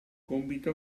compito